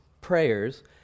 prayers